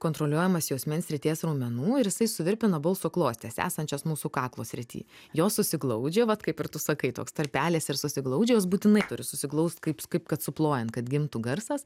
kontroliuojamas juosmens srities raumenų ir jisai suvirpina balso klostes esančias mūsų kaklo srity jos susiglaudžia vat kaip ir tu sakai toks tarpelis ir susiglaudžia jos būtinai turi susiglaus kaip kad suplojant kad gimtų garsas